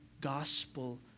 gospel